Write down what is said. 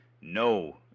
no